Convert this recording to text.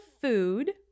food